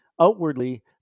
Outwardly